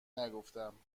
نگفتم